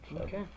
Okay